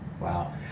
Wow